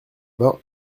ben